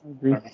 agree